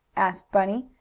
asked bunny,